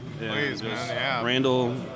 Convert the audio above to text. Randall